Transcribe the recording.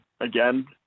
again